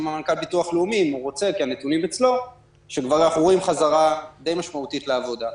אנחנו רואים חזרה די משמעותית לעבודה.